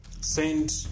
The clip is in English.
send